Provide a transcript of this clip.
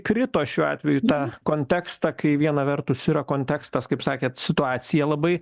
krito šiuo atveju tą kontekstą kai viena vertus yra kontekstas kaip sakėt situacija labai